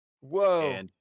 whoa